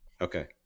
Okay